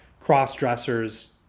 cross-dressers